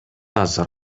азыр